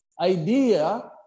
idea